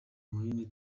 munini